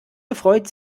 gefreut